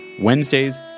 Wednesdays